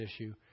issue